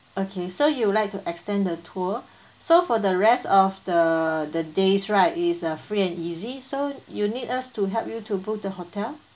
okay so you would like to extend the tour so for the rest of the the days right it's a free and easy so you need us to help you to book the hotel